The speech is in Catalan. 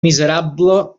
miserable